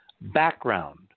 background